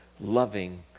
loving